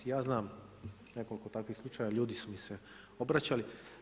Ja znam nekoliko takvih slučajeva, ljudi su mi se obraćali.